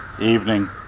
evening